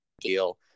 deal